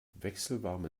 wechselwarme